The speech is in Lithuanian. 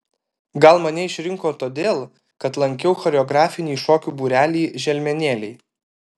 gal mane išrinko todėl kad lankiau choreografinį šokių būrelį želmenėliai